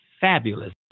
fabulous